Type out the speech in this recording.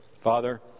Father